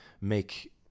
make